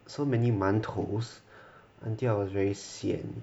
so many 馒头 until I was very sian